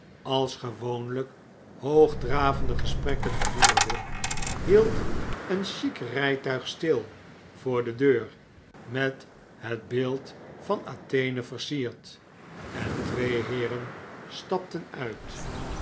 als gewoonlijk hoogdravende gesprekken voerde hield een chic rijtuig stil voor de deur met het beeld van athene versierd en twee heeren stapten uit